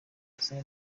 izina